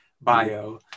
bio